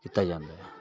ਕੀਤਾ ਜਾਂਦਾ ਹੈ